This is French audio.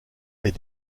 est